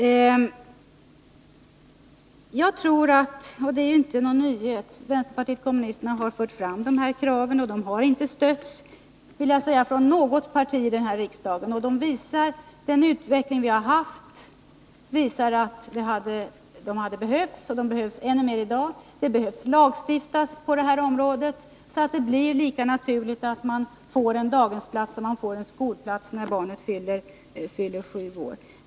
Det jag har tagit upp är inte någon nyhet — vänsterpartiet kommunisterna har fört fram dessa krav, men de har inte stötts av något parti här i riksdagen. Utvecklingen visar att daghemmen hade behövts och att de behövs ännu mer idag. Det måste lagstiftas på detta område, så att det blir lika naturligt att ett barn får en daghemsplats som att barnet får en skolplats när det fyller sju år.